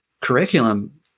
curriculum